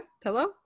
hello